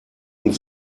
und